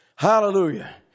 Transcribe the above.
Hallelujah